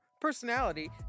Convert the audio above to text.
personality